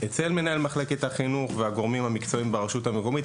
אצל מנהל מחלקת החינוך והגורמים המקצועיים ברשות המקומית.